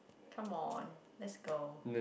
come on let's go